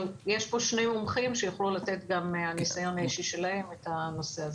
יש פה שני מומחים שיוכלו לתת גם מהניסיון האישי שלהם את הנושא הזה.